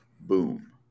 boom